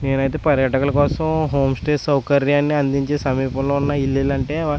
నేనయితే పర్యాటకుల కోసం హోమ్స్టే సౌకర్యాన్ని అందించే సమీపంలో ఉన్న ఇల్లులంటే